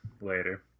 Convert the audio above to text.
later